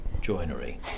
joinery